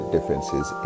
differences